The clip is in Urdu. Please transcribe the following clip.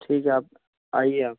ٹھیک ہے آپ آئیے آپ